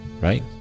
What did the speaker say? right